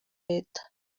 leta